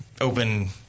Open